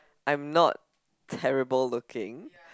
I'm not terrible looking